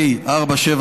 לשון הרע על לוחמי צה"ל),